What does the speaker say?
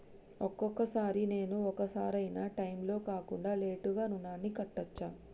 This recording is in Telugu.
ఒక్కొక సారి నేను ఒక సరైనా టైంలో కాకుండా లేటుగా రుణాన్ని కట్టచ్చా?